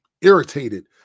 irritated